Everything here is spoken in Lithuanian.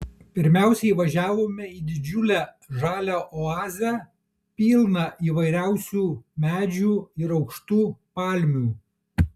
pirmiausia įvažiavome į didžiulę žalią oazę pilną įvairiausių medžių ir aukštų palmių